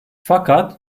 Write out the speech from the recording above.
fakat